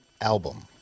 album